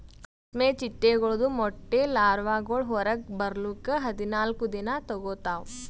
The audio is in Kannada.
ರೇಷ್ಮೆ ಚಿಟ್ಟೆಗೊಳ್ದು ಮೊಟ್ಟೆ ಲಾರ್ವಾಗೊಳ್ ಹೊರಗ್ ಬರ್ಲುಕ್ ಹದಿನಾಲ್ಕು ದಿನ ತೋಗೋತಾವ್